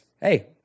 hey